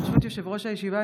ברשות יושב-ראש הישיבה,